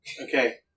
Okay